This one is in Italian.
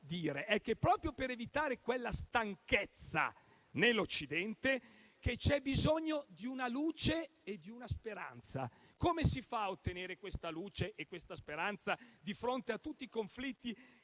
dire che, proprio per evitare quella stanchezza nell'Occidente, c'è bisogno di una luce, di una speranza. Come si fa a ottenere questa luce, questa speranza di fronte a tutti i conflitti